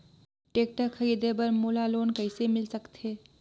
Tractor खरीदे बर मोला लोन कइसे मिल सकथे?